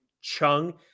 Chung